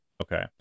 Okay